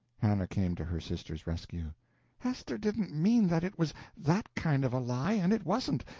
hannah came to her sister's rescue hester didn't mean that it was that kind of a lie, and it wasn't.